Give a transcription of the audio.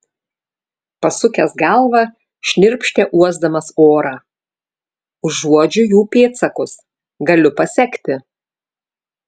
pasukęs galvą šnirpštė uosdamas orą užuodžiu jų pėdsakus galiu pasekti